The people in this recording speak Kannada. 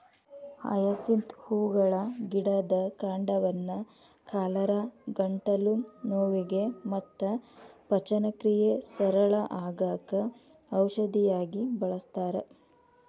ಹಯಸಿಂತ್ ಹೂಗಳ ಗಿಡದ ಕಾಂಡವನ್ನ ಕಾಲರಾ, ಗಂಟಲು ನೋವಿಗೆ ಮತ್ತ ಪಚನಕ್ರಿಯೆ ಸರಳ ಆಗಾಕ ಔಷಧಿಯಾಗಿ ಬಳಸ್ತಾರ